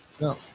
No